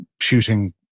shooting